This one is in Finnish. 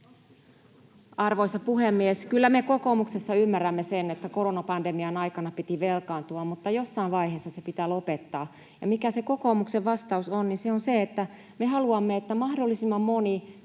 Arvoisa puhemies! Kyllä me kokoomuksessa ymmärrämme sen, että koronapandemian aikana piti velkaantua, mutta jossain vaiheessa se pitää lopettaa. Ja mikä se kokoomuksen vastaus on? Se on se, että me haluamme, että mahdollisimman moni